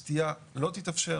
הסטייה לא תתאפשר.